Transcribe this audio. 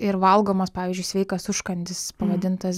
ir valgomas pavyzdžiui sveikas užkandis pavadintas